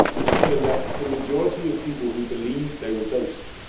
and it turns out the majority of people who believed they were dosed,